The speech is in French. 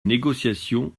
négociation